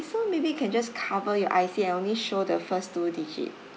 so maybe you can just cover your I_C and only show the first two digit